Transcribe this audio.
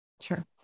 Sure